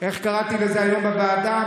איך קראתי לזה היום בוועדה?